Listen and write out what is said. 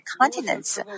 continents